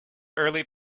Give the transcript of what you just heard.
early